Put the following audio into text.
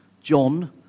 John